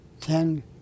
ten